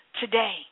today